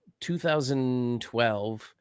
2012